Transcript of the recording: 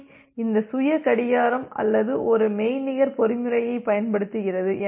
B இந்த சுய கடிகாரம் அல்லது ஒரு மெய்நிகர் பொறிமுறையைப் பயன்படுத்துகிறது